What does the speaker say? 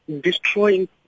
destroying